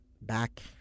back